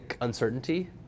uncertainty